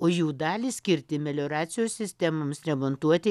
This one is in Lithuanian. o jų dalį skirti melioracijos sistemoms remontuoti